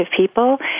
people